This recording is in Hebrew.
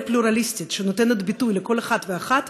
ישראל הפלורליסטית שנותנת ביטוי לכל אחד ואחת,